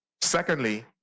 Secondly